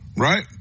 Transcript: Right